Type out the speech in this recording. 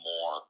more